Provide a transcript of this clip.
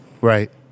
Right